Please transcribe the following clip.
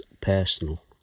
personal